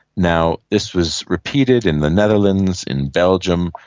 now, this was repeated in the netherlands, in belgium,